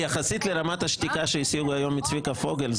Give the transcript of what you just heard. יחסית לרמת השתיקה שהשיגו היום מצביקה פוגל,